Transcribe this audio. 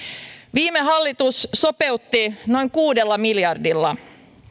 viime hallitus sopeutti noin kuudella miljardilla